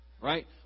right